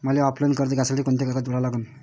मले ऑफलाईन कर्ज घ्यासाठी कोंते कागद जोडा लागन?